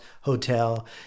Hotel